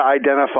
identify